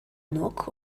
knock